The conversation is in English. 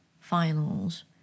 finals